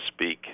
speak